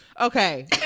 okay